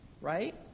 right